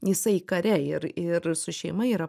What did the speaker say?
jisai kare ir ir su šeima yra